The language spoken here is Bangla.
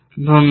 ধন্যবাদ